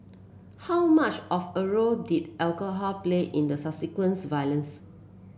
how much of a role did alcohol play in the subsequent violence